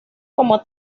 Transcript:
como